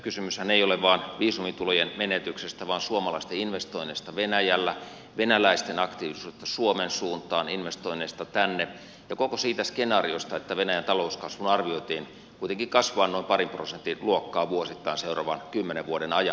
kysymyshän ei ole vain viisumitulojen menetyksistä vaan suomalaisten investoinneista venäjällä venäläisten aktiivisuudesta suomen suuntaan investoinneista tänne ja koko siitä skenaariosta että venäjän talouskasvun arvioitiin kuitenkin kasvavan noin parin prosentin luokkaa vuosittain seuraavan kymmenen vuoden ajan